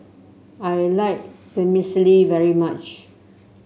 I like Vermicelli very much